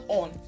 on